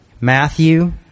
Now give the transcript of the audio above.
Matthew